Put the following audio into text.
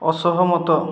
ଅସହମତ